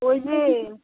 ওই যে